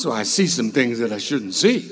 so i see some things that i shouldn't see